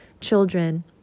children